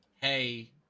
hey